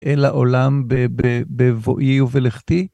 אל העולם ב... ב... ב...בבואי ובלכתי?